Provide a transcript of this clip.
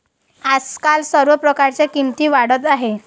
आजकाल सर्व प्रकारच्या किमती वाढत आहेत